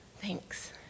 Thanks